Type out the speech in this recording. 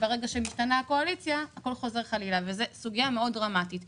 שברגע שמשתנה הקואליציה הכול חוזר חלילה זו סוגיה דרמטית מאוד,